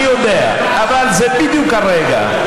אני יודע, אבל זה בדיוק הרגע,